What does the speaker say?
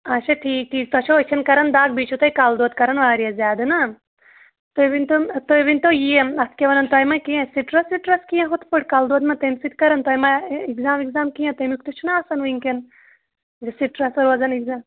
اچھا ٹھیٖک ٹھیٖک تۄہہِ چھَو أچھَن کَران دَگ بیٚیہِ چھُو تۄہہِ کَلہٕ دود کَران واریاہ زیادٕ نا تُہۍ ؤنۍتو تُہۍ ؤنۍتو یہِ اَتھ کیٛاہ وَنن تۄہہِ ما کینٛہہ سٕٹرٛس وٕٹرٛس کیٚنٛہہ یِتھٕ پٲٹھۍ کَلہٕ دود ما تَمہِ سۭتۍ کَران تۄہہِ ما آ ایٚکزام ویٚکزام کینٛہہ تَمیُک تہِ چھُنہٕ آسان وُنکیٚن یہِ سٕٹرٛس روزان ایٚکزام